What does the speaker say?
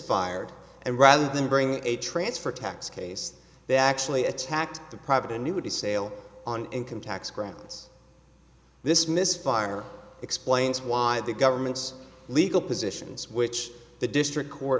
fired and rather than bring a transfer tax case they actually attacked the private annuity sale on income tax grounds this misfire explains why the government's legal positions which the district court